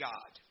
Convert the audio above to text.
God